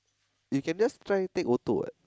you can just try take photo what